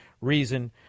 Reason